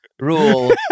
Rule